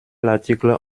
l’article